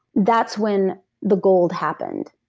that's when the gold happened.